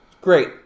great